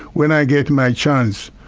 when i get my chance,